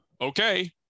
okay